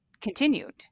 continued